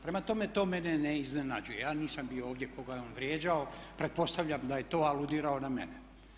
Prema tome, to mene ne iznenađuje, ja nisam bio ovdje koga je on vrijeđao, pretpostavljam da je to aludirao na mene.